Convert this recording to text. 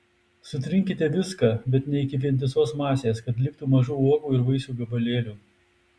sutrinkite viską bet ne iki vientisos masės kad liktų mažų uogų ir vaisių gabalėlių